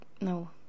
no